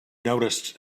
noticed